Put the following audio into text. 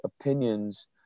opinions